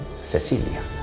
Cecilia